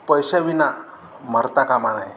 पैशाविना मरता कामा नये